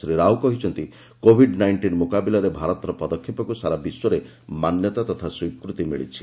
ଶ୍ରୀ ରାଓ କହିଛନ୍ତି Covid nineteen ମୁକାବିଲାରେ ଭାରତର ପଦକ୍ଷେପକୁ ସାରା ବିଶ୍ୱରେ ମାନ୍ୟତା ତଥା ସ୍ୱୀକୃତି ମିଳିଛି